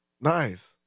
Nice